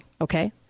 okay